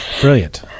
brilliant